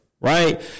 right